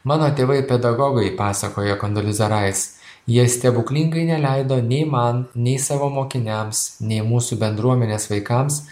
mano tėvai pedagogai pasakojo kondoliza rais jie stebuklingai neleido nei man nei savo mokiniams nei mūsų bendruomenės vaikams